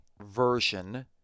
version